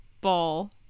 ball